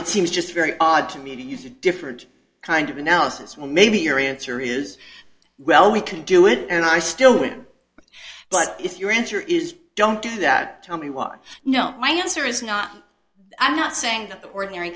it seems just very odd to me to use a different kind of analysis when maybe your answer is well we can do it and i still would but if your answer is don't do that tell me why no my answer is not i'm not saying that the ordinary